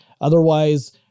Otherwise